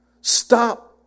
stop